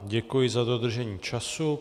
Děkuji za dodržení času.